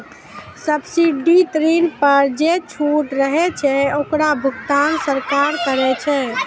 subsidy ऋण पर जे छूट रहै छै ओकरो भुगतान सरकार करै छै